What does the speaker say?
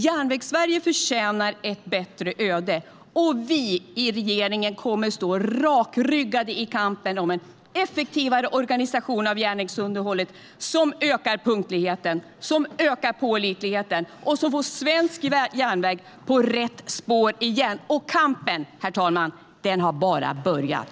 Järnvägssverige förtjänar ett bättre öde. Vi i regeringen kommer att stå rakryggade i kampen om en effektivare organisation av järnvägsunderhållet som ökar punktligheten, som ökar pålitligheten och som får svensk järnväg på rätt spår igen. Kampen, herr talman, har bara börjat!